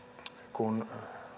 kun